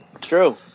True